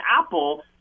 Apple